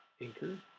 Anchor